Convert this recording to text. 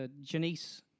Janice